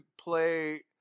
play